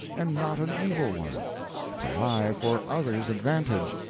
and not an evil one to lie for others' advantage,